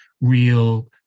real